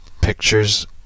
Pictures